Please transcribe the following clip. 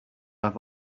i’ve